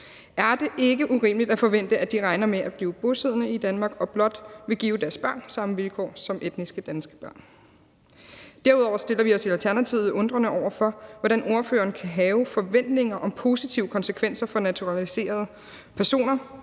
er det ikke urimeligt at forvente, at de regner med at blive bosiddende i Danmark og blot vil give deres børn samme vilkår som etnisk danske børn. Derudover stiller vi os i Alternativet undrende over for, hvordan forslagsstillerne kan have forventninger om positive konsekvenser for naturaliserede personer,